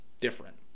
Different